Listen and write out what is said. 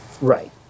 Right